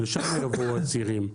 לשם יבואו הצעירים.